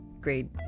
grade